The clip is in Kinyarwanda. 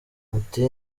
ati